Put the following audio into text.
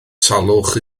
salwch